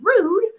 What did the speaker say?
rude